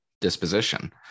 disposition